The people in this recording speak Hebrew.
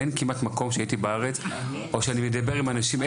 אין כמעט מקום שהייתי בארץ או שאני מדבר עם אנשים,